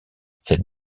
cette